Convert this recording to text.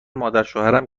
مادرشوهرم